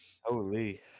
Holy